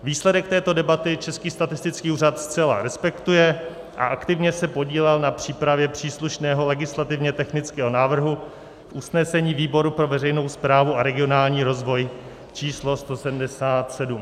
Výsledek této debaty Český statistický úřad zcela respektuje a aktivně se podílel na přípravě příslušného legislativně technického návrhu v usnesení výboru pro veřejnou správu a regionální rozvoj číslo 177.